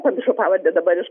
pamiršau pavardę dabar iškar